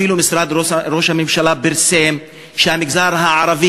אפילו משרד ראש הממשלה פרסם שהמגזר הערבי,